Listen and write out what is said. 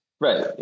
Right